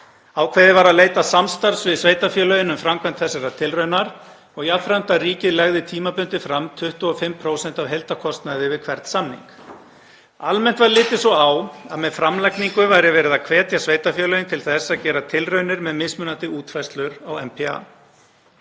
Ákveðið var að leita samstarfs við sveitarfélögin um framkvæmd þessarar tilraunar og jafnframt að ríkið legði tímabundið fram 25% af heildarkostnaði við hvern samning. Almennt var litið svo á að með framlaginu væri verið að hvetja sveitarfélögin til þess að gera tilraunir með mismunandi útfærslur á NPA.